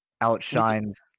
outshines